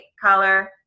color